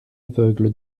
aveugle